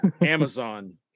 Amazon